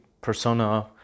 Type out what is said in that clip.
Persona